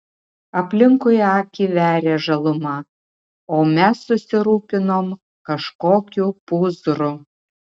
aplinkui akį veria žaluma o mes susirūpinom kažkokiu pūzru